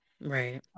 right